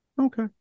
okay